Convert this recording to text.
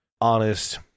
honest